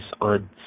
on